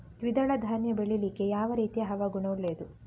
ದ್ವಿದಳ ಧಾನ್ಯ ಬೆಳೀಲಿಕ್ಕೆ ಯಾವ ರೀತಿಯ ಹವಾಗುಣ ಒಳ್ಳೆದು?